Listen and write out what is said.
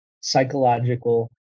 psychological